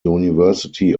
university